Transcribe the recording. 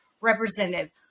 Representative